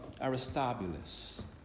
Aristobulus